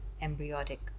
embryotic